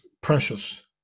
precious